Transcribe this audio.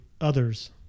others